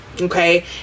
okay